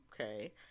Okay